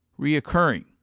reoccurring